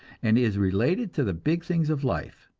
and is related to the big things of life,